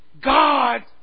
God